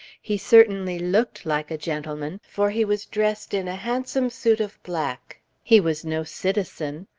he certainly looked like a gentleman, for he was dressed in a handsome suit of black. he was no citizen.